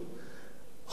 חופש הביטוי קיים.